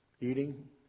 eating